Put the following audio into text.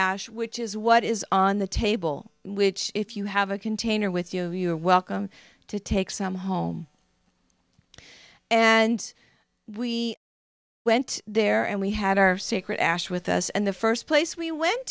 ash which is what is on the table which if you have a container with you you are welcome to take some home and we went there and we had our sacred ash with us and the first place we went